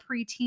preteen